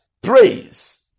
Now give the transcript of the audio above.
praise